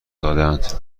دادهاند